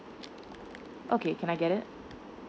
okay can I get it